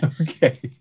Okay